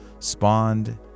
spawned